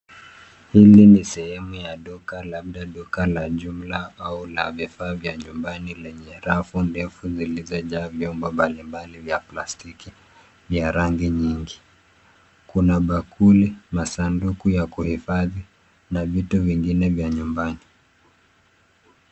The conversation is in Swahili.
Hili ni sehemu ya duka labda duka la jumla au la vifaa vya nyumbani lenye rafu ndefu zilizojaa vyombo mbalimbali vya plastiki vya rangi nyingi. Kuna bakuli, masanduku ya kuhifadhi na vitu vingine vya nyumbani.